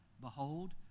behold